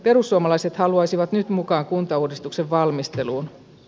perussuomalaiset haluaisivat nyt mukaan kuntauudistuksen valmisteluun